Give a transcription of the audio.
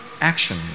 action